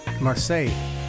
Marseille